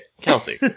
Kelsey